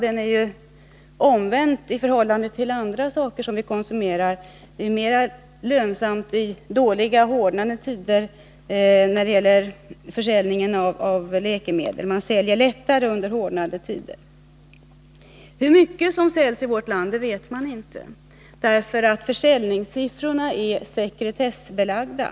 Den är också — omvänt i förhållande till industrier som producerar andra saker som vi konsumerar — mer lönsam i dåliga, hårdnande tider. Man säljer lättare läkemedel i hårdnande tider. Hur mycket som säljs i vårt land vet vi inte. Försäljningssiffrorna är nämligen sekretessbelagda.